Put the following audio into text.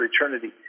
eternity